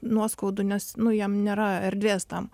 nuoskaudų nes nu jam nėra erdvės tam